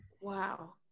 Wow